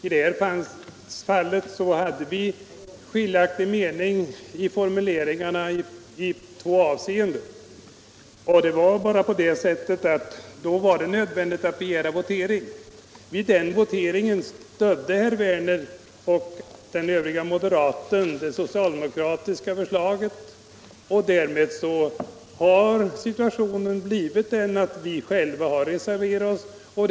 I detta fall hade vi skiljaktiga meningar om formuleringarna i två avseenden, och då var det nödvändigt att begära votering. Vid den voteringen stödde herr Werner i Malmö och den andre moderaten i utskottet det socialdemokratiska förslaget, och därmed blev situationen den att vi själva reserverade oss.